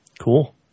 Cool